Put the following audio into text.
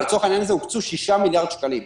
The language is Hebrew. לצורך העניין הזה הוקצו 6 מיליארד שקלים.